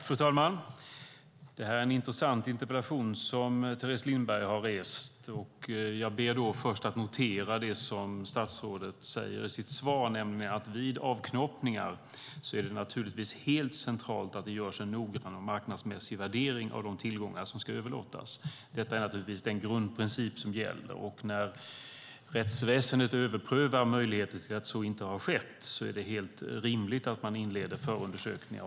Fru talman! Det är en intressant interpellation som Teres Lindberg har ställt. Jag ska först notera det som statsrådet säger i sitt svar, nämligen att det vid avknoppningar naturligtvis är helt centralt att det görs en noggrann och marknadsmässig värdering av de tillgångar som ska överlåtas. Detta är naturligtvis den grundprincip som gäller. När rättsväsendet överprövar möjligheten att så inte har skett är det helt rimligt att man inleder förundersökningar.